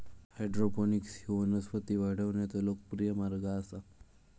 hydroponics ह्यो वनस्पती वाढवण्याचो लोकप्रिय मार्ग आसा